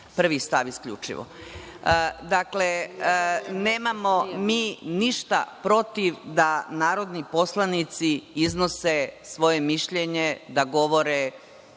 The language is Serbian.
prvi stav isključivo. Dakle, nemamo mi ništa protiv da narodni poslanici iznose svoje mišljenje da govore